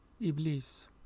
Iblis